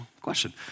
question